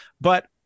But-